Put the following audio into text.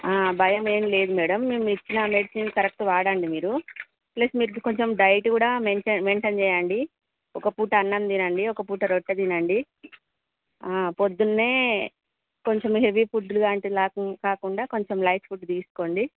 భయమేమి లేదు మేడం మేము ఇచ్చిన మెడిసిన్ కరెక్ట్ వాడండి మీరు ప్లస్ మీరు కొంచెం డైట్ కూడా మెయిన్టెయిన్ చెయ్యండి ఒక్క పూట అన్నం తిన్నండి ఒక్క పూట రొట్టె తినండి పొద్దున్నే కొంచెం హెవీ ఫుడ్ లాంటివి కాకుండా కొంచం లైట్ ఫుడ్ తీసుకోండి